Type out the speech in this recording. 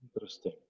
Interesting